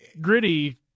gritty